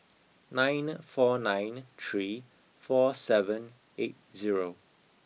nine four nine three four seven eight zero